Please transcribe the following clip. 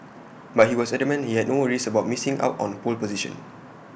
but he was adamant he had no worries about missing out on the pole position